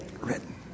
written